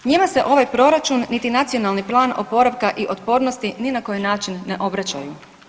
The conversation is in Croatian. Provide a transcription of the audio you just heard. Njima se ovaj proračun niti Nacionalni plan oporavka i otpornosti ni na koji način ne obraćaju.